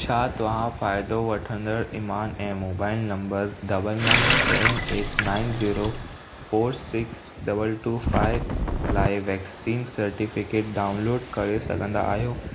छा तव्हां फ़ाइदो वठंदड़ ईमान ऐं mobile number double nine seven eight nine zero four six double two five लाइ वैक्सीन सर्टिफिकेट डाउनलोड करे सघंदा आहियो